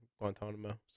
Guantanamo